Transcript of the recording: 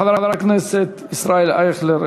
חבר הכנסת ישראל אייכלר,